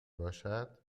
باشد